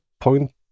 point